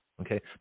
okay